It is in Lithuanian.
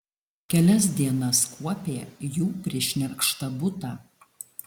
kelias dienas kuopė jų prišnerkštą butą